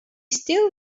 still